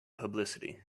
publicity